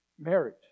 marriage